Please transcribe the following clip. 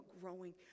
growing